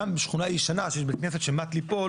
גם בשכונה ישנה אם יש בית כנסת שמט ליפול